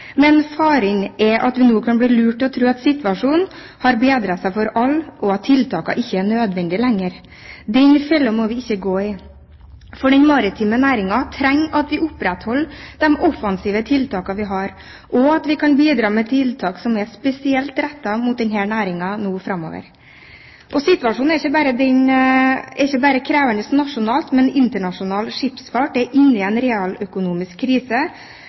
Men faren er at vi nå kan bli lurt til å tro at situasjonen har bedret seg for alle, og at tiltakene ikke er nødvendige lenger. Den fellen må vi ikke gå i. For den maritime næringen trenger at vi opprettholder de offensive tiltakene vi har, og at vi kan bidra med tiltak som er spesielt rettet mot denne næringen framover. Situasjonen er ikke bare krevende nasjonalt, men internasjonal skipsfart er inne i en realøkonomisk krise,